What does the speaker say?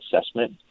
assessment